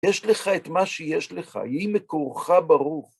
יש לך את מה שיש לך, יהי מקורך ברוך.